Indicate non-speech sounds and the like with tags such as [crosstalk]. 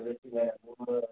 [unintelligible]